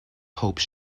hope